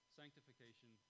sanctification